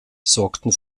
sorgten